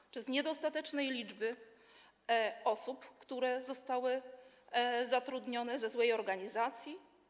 Czy z powodu niedostatecznej liczby osób, które zostały zatrudnione, złej organizacji?